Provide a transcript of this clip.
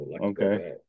Okay